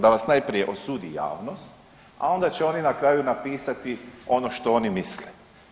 Da vas najprije osudi javnost, a onda će oni na kraju napisati ono što oni misle.